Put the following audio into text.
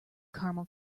caramel